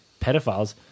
pedophiles